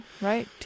right